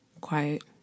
quiet